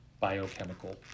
biochemical